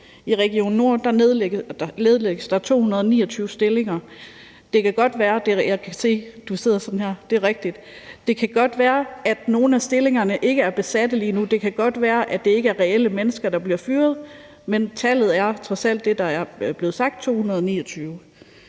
I Region Nordjylland nedlægges der 229 stillinger. Det kan godt være, at nogle af stillingerne ikke er besatte lige nu, og det kan godt være, at det ikke er reelle mennesker, der bliver fyret, men tallet er trods alt det, der er blevet sagt: 229.